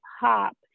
hop